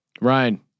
Ryan